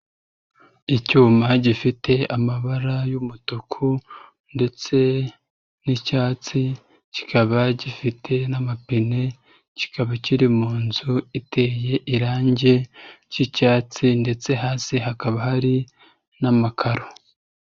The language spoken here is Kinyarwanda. Icyuma gifite amabara y'umutuku ndetse n'icyatsi, kikaba gifite n'amapine, kikaba kiri mu nzu iteye irange ry'icyatsi ndetse hasi hakaba hari n'amakaro.